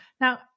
now